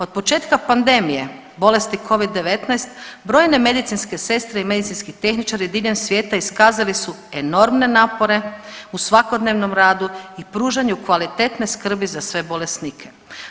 Od početka pandemije bolesti covid-19 brojne medicinske sestre i medicinski tehničari diljem svijeta iskazali su enormne napore u svakodnevnom radu i pružanju kvalitetne skrbi za sve bolesnike.